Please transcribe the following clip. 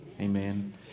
Amen